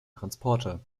transporter